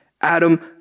Adam